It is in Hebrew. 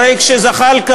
הרי כשזחאלקה,